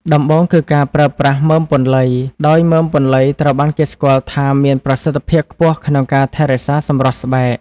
ដំបូងគឺការប្រើប្រាស់មើមពន្លៃ ដោយមើមពន្លៃ ត្រូវបានគេស្គាល់ថាមានប្រសិទ្ធភាពខ្ពស់ក្នុងការថែរក្សាសម្រស់ស្បែក។